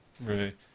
Right